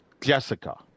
jessica